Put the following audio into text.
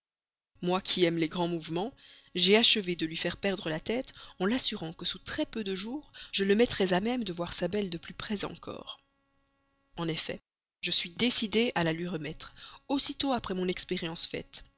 moi qui aime les grands mouvements j'ai achevé de lui faire perdre la tête en l'assurant que sous très peu de jours je le mettrais à même de voir sa belle de plus près encore en effet je suis décidé à la lui remettre aussitôt après mon expérience faite